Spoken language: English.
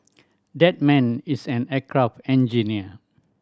that man is an aircraft engineer